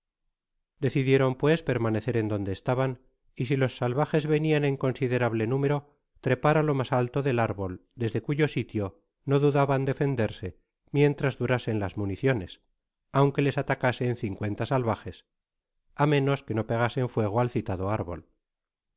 decidieran pues permanecer en donde estaban y si los salvajes venian en considerable número trepar á lo mas alto del árbol desde cuyo sitio no dudaban defenderse mientras durasen las municiones aunque les atacasen cincuenta salvajes á menos que no pegasen fuego al citado árbol